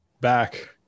back